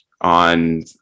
on